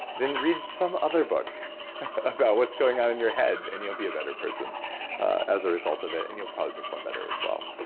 then read some other book about what's going on in your head and you'll be a better person as a result of it and you'll probably perform better as well.